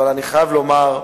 אבל אני חייב לומר,